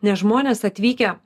nes žmonės atvykę